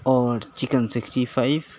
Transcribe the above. اور chicken sixty five